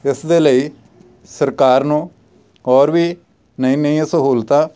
ਇਸ ਦੇ ਲਈ ਸਰਕਾਰ ਨੂੰ ਔਰ ਵੀ ਨਈ ਨਈਆਂ ਸਹੂਲਤਾਂ